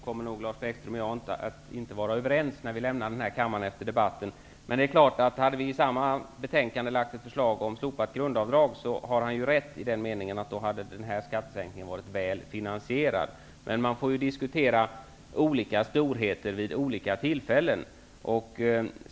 Herr talman! Intet oväntat kommer nog inte Lars Bäckström och jag att vara överens när vi efter debatten lämnar den här kammaren. Det är klart att han, om vi i detta betänkande hade lagt fram förslag om slopat grundavdrag, skulle ha rätt i den meningen att skattesänkningen hade varit väl finansierad. Men man får ju diskutera olika storheter vid olika tillfällen.